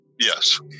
Yes